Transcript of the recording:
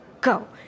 go